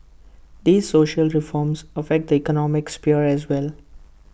these social reforms affect economic sphere as well